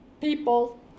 people